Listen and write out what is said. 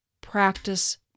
practice